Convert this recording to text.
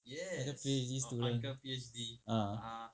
那个 P_H_D student ah